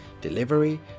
delivery